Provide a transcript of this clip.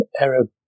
Arab